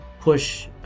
push